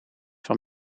van